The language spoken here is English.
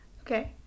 okay